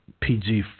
PG